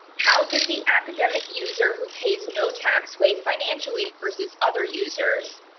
how does the academic user who pays no tax way financially versus other users?